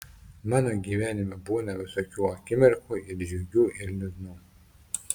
mano gyvenime būna visokių akimirkų ir džiugių ir liūdnų